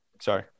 sorry